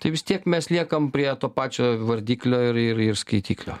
tai vis tiek mes liekam prie to pačio vardiklio ir ir ir skaitiklio